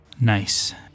Nice